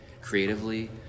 creatively